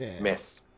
Miss